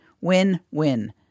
Win-win